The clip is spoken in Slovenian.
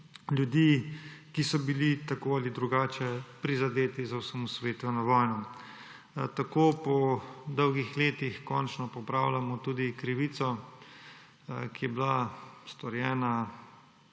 ljudi, ki so bili tako ali drugače prizadeti z osamosvojitveno vojno. Tako po dolgih letih končno popravljamo tudi krivico, ki je bila storjena